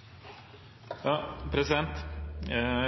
oppfølgingsspørsmål.